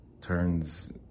Turns